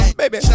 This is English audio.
baby